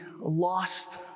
lost